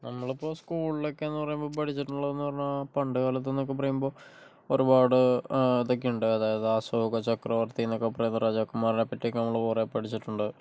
നമ്മളിപ്പോൾ സ്കൂളിലൊക്കേന്ന് പറയുമ്പോൾ പഠിച്ചിട്ടുള്ളതെന്ന് പറഞ്ഞാൽ പണ്ട് കാലത്തന്നൊക്കെ പറയുമ്പോൾ ഒരുപാട് ഇതൊക്കെയുണ്ട് അതായത് അശോക ചക്രവർത്തീന്നൊക്കെ പറയുന്ന രാജാക്കന്മാരൊക്കെപ്പറ്റി ഒക്കെ നമ്മള് കുറെ പഠിച്ചിട്ടുണ്ട്